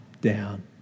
down